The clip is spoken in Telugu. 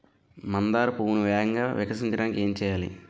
మందార పువ్వును వేగంగా వికసించడానికి ఏం చేయాలి?